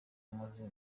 amaze